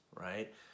right